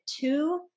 two